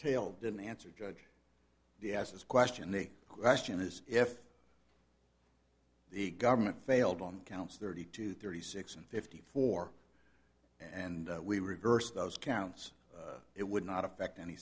tail didn't answer judge yes as a question the question is if the government failed on counts thirty two thirty six and fifty four and we reversed those counts it would not affect any